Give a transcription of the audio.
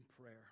prayer